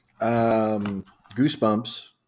Goosebumps